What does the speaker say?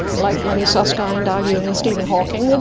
like lenny susskind arguing with stephen hawking.